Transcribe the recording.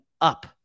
up